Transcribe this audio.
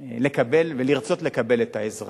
לקבל ולרצות לקבל את העזרה.